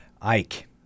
Ike